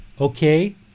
Okay